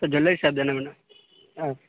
ஆ jewellery shop தான் என்ன வேணும் ஆ